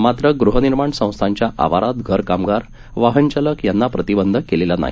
मात्र गृहनिर्माण संस्थांच्या आवारात घर कामगार वाहन चालक यांना प्रतिबंध केलेला नाही